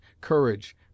courage